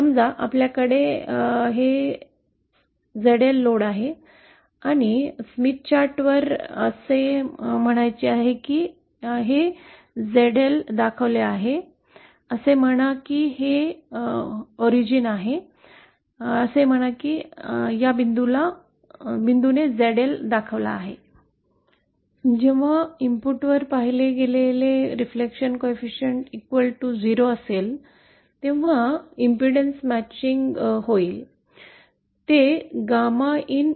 समजा आपल्याकडे ZL load आहे आणि स्मिथ चार्टवर असे म्हणायचे आहे की हे ZL दाखवला आहे असे म्हणा की हे मूळ आहे असे म्हणा या बिंदूने ZL दाखवला आहे जेव्हा इनपुटवर पाहिले गेलेले परावर्तन गुणांक 0 असेल तेव्हा प्रतिबाधा जुळणीचा केस संदर्भित होतो